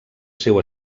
seu